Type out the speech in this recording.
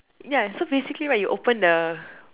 ya so basically right you open the